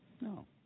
No